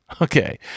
Okay